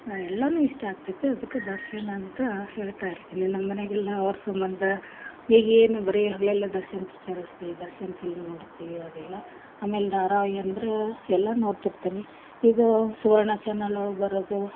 ಎಲ್ಲವೂ ಇಷ್ಟ ಆಗ್ತೈತಿ ಅದ್ಕೆ ದರ್ಶನ್ ಅಂತ ಹೇಳ್ತಾ ಇರ್ತೀನಿ ನಮ್ಮ ಮನ್ಯಾಗೆಲ್ಲ ಅವ್ರ ಸಂಬಂಧ ಏನು ಬರೆ ಹಗಲೆಲ್ಲ ದರ್ಶನ್ ಪಿಚ್ಚರ್ ಹಚ್ತಿ ದರ್ಶನ್ ಫಿಲ್ಮ್ ನೋಡ್ತಿ ಅದೆಲ್ಲ ಆಮೇಲೆ ಧಾರಾವಾಹಿ ಅಂದ್ರೆ ಎಲ್ಲ ನೋಡ್ತಿರ್ತೀನಿ ಇದು ಸುವರ್ಣ ಚಾನೆಲ್ ಒಳಗೆ ಬರೋದು